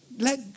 Let